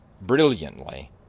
brilliantly